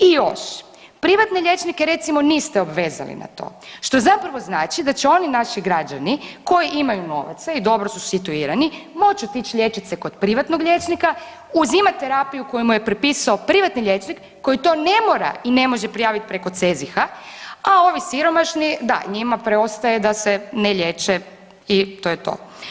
I još privatne liječnike recimo niste obvezali na to što zapravo znači da će oni naši građani koji imaju novaca i dobro su situirani moći otići liječit se kod privatnog liječnika, uzimat terapiju koju mu je propisao privatni liječnik koji to ne mora i ne može prijaviti preko CEZIH-a, a ovi siromašni da, njima preostaje da se ne liječe i to je to.